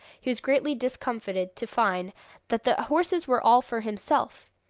he was greatly discomfited to find that the horses were all for himself.